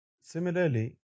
Similarly